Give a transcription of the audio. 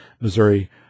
Missouri